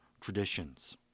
traditions